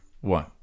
one